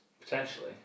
Potentially